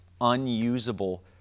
unusable